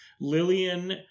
Lillian